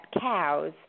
cows